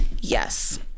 Yes